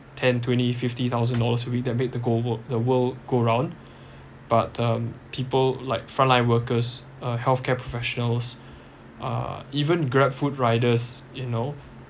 ten twenty fifty thousand dollars that made the go wo~ the world go around but um people like front line workers uh healthcare professionals uh even grabfood riders you know